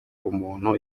umuntu